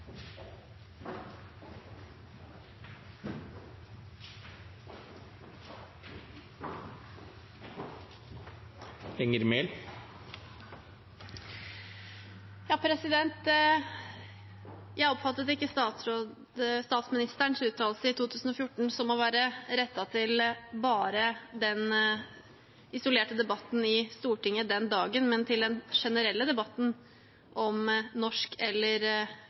Jeg oppfattet ikke statsministerens uttalelse i 2014 som å være rettet til bare den isolerte debatten i Stortinget den dagen, men som rettet til den generelle debatten om norsk eller